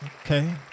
Okay